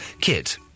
kit